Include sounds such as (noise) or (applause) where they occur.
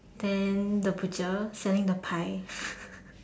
then the butcher selling the pie (laughs)